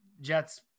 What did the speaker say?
jets